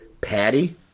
Patty